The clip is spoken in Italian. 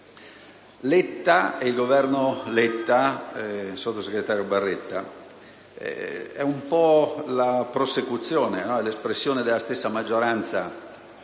riparte. Il Governo Letta, sottosegretario Baretta, è un po' la prosecuzione, l'espressione della stessa maggioranza